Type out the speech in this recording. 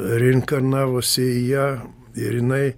reinkarnavosi į ją ir jinai